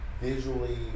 visually